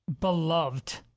beloved